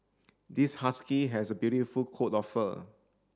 this husky has a beautiful coat of fur